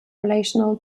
relational